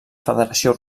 federació